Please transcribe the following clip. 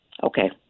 Okay